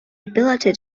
ability